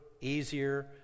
easier